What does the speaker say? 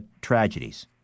tragedies